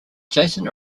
jason